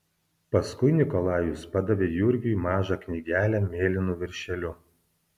paskui nikolajus padavė jurgiui mažą knygelę mėlynu viršeliu